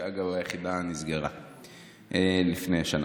אגב, היחידה נסגרה לפני שנה.